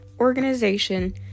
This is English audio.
organization